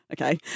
Okay